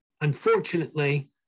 Unfortunately